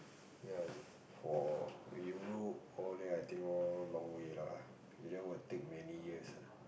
ya for Europe all there I think all long way lah it will take many years lah